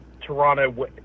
Toronto